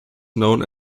known